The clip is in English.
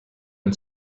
and